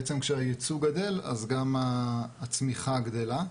כשהיצוא גדל אז גם הצמיחה גדלה.